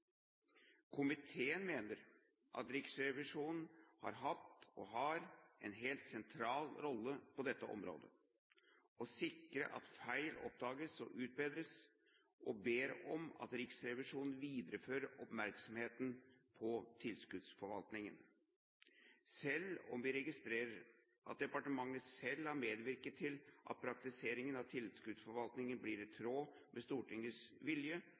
Komiteen mener at Riksrevisjonen har hatt og har en helt sentral rolle på dette området: å sikre at feil oppdages og utbedres, og ber om at Riksrevisjonen viderefører oppmerksomheten på tilskuddsforvaltningen, selv om vi registrerer at departementene selv har medvirket til at praktiseringen av tilskuddsforvaltningen blir i tråd med Stortingets vilje